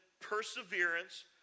perseverance